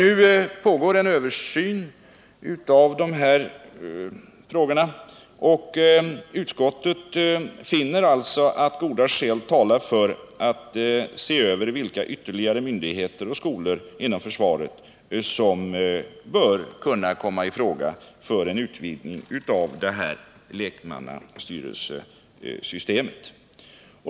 Nu pågår en översyn av de här frågorna, och utskottet finner att goda skäl talar för att se över vilka ytterligare myndigheter och skolor inom försvaret som bör kunna komma i fråga för en utvidgning av lekmannastyrelsesystemet.